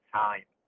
time